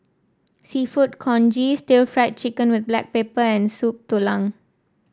seafood congee stir Fry Chicken with Black Pepper and Soup Tulang